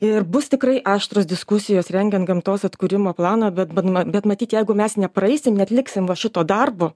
ir bus tikrai aštrios diskusijos rengiant gamtos atkūrimo planą bet vat bet matyt jeigu mes nepraeisim neatliksim va šito darbo